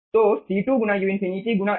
तो C2 गुना u∞ गुना a